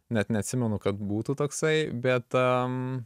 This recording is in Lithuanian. net neatsimenu kad būtų toksai bet a